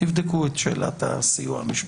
תבדקו את שאלת הסיוע המשפטי.